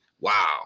wow